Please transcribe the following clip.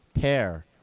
pair